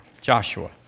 Joshua